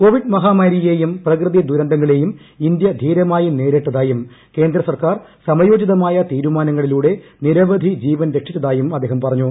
Covid മഹാമാരിയെയും പ്രകൃതി ദുരന്തങ്ങളെയും ഇന്ത്യ ധീരമായി നേരിട്ടതായും കേന്ദ്ര സർക്കാർ സമയോചിതമായ തീരുമാനങ്ങളിലൂടെ നിരവധി ജീവൻ രക്ഷിച്ചതായും അദ്ദേഹം പറഞ്ഞു